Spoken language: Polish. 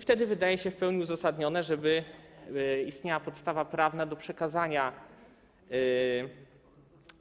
Wtedy wydaje się w pełni uzasadnione, żeby istniała podstawa prawna do przekazania